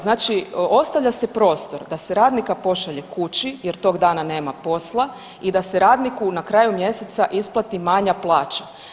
Znači ostavlja se prostor da se radnika pošalje kući jer tog dana nema posla i da se radniku na kraju mjeseca isplati manja plaća.